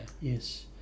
Yes